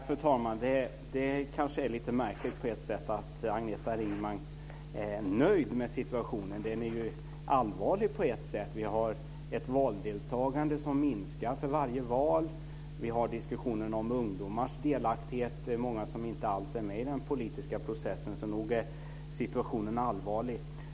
Fru talman! Det är lite märkligt att Agneta Ringman är nöjd med den allvarliga situation som vi har, med ett valdeltagande som minskar för varje val. Vi har också en diskussion om ungdomars delaktighet. Många är inte alls med i den politiska processen. Nog är situationen allvarlig.